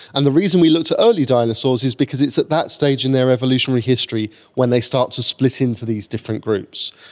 and the reason we looked at early dinosaurs is because it's at that stage in their evolutionary history when they start to split into these different groups.